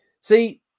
See